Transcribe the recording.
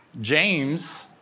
James